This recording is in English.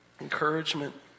Encouragement